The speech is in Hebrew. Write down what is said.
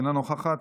אינה נוכחת,